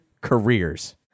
Careers